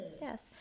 yes